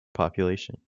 population